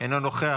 אינו נוכח.